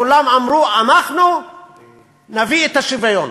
כולם אמרו: אנחנו נביא את השוויון.